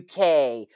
uk